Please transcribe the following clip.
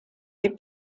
est